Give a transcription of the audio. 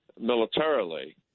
militarily